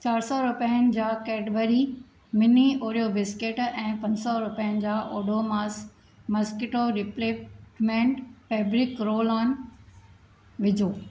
चारि सौ रुपियनि जा कैडबरी मिनी ओरियो बिस्किट ऐं पंज सौ रुपियनि जा Odomos mosquito repellent fabric roll on विझो